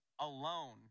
alone